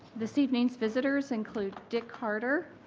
this evening's visitors include dick carter,